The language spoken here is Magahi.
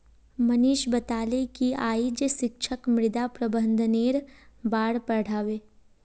मनीष बताले कि आइज शिक्षक मृदा प्रबंधनेर बार पढ़ा बे